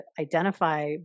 identify